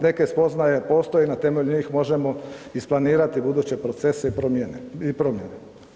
Neke spoznaje postoje, na temelju njih možemo isplanirati buduće procese i promijene.